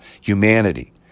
humanity